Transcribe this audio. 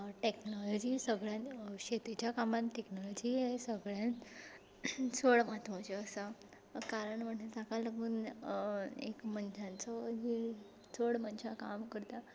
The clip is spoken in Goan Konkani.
टेक्नोलोजी सगल्यान शे ताच्या कामांत टेक्नोलॉजी हें सगल्यान चड म्हत्वाची आसा कारण म्हणजे ताका लागून एक मनशांचो चड मनशां काम करता